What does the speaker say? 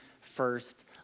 first